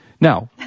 Now